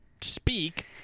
speak